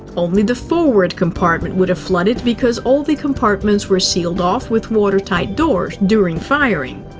only the forward compartment would have flooded because all the compartments were sealed off with watertight doors during firing.